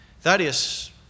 Thaddeus